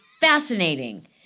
fascinating